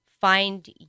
find